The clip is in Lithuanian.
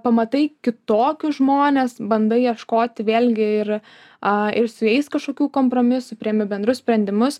pamatai kitokius žmones bandai ieškoti vėlgi ir a ir su jais kažkokių kompromisų priimi bendrus sprendimus